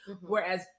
whereas